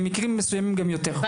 במקרים מסוימים גם יותר.